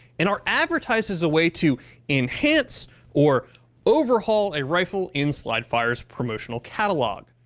and are advertised as a way to enhance or overhaul a rifle in slide fire's promotional catalog.